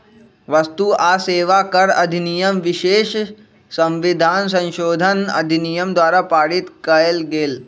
वस्तु आ सेवा कर अधिनियम विशेष संविधान संशोधन अधिनियम द्वारा पारित कएल गेल